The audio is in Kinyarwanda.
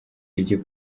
iryo